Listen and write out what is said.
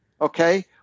Okay